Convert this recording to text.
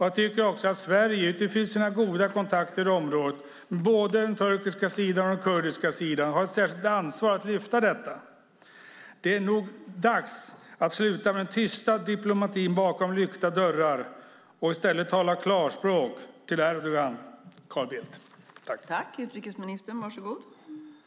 Jag tycker också att Sverige utifrån sina goda kontakter i området med både den turkiska och den kurdiska sidan har ett särskilt ansvar för att lyfta detta. Det är nog dags att sluta med den tysta diplomatin bakom lyckta dörrar och i stället tala klarspråk till Erdogan, Carl Bildt!